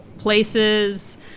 places